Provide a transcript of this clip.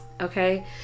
okay